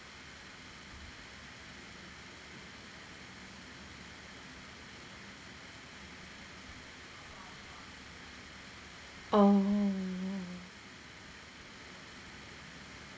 orh